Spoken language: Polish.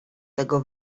tego